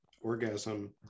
orgasm